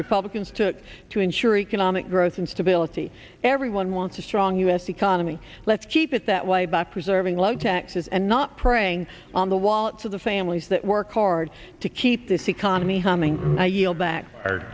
republicans took to ensure economic growth and stability everyone wants a strong u s economy let's keep it that way by preserving low taxes and not preying on the wallets of the families that work hard to keep this economy humming i yield back